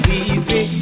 easy